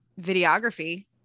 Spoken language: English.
videography